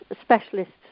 specialists